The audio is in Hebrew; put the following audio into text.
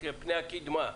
את פני הקדמה?